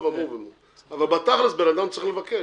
בן אדם צריך לבקש,